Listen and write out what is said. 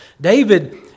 David